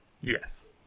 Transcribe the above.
Yes